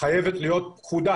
חייבת להיות פקודה